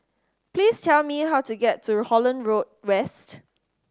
please tell me how to get to Holland Road West